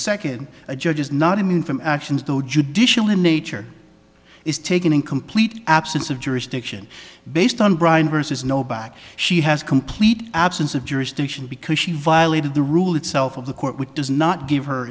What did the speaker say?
second a judge is not immune from actions though judicial in nature is taken in complete absence of jurisdiction based on brian vs no back she has complete absence of jurisdiction because she violated the rule itself of the court which does not give her